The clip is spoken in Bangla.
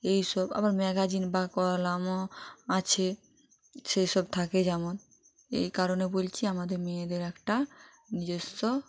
এই সব আবার ম্যাগাজিন বা কলামও আছে সে সব থাকে যেমন এই কারণে বলছি আমাদের মেয়েদের একটা নিজস্ব